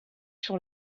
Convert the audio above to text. sur